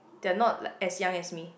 they're not like as young as me